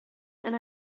and